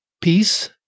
peace